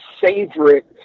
favorite